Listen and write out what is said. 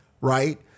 right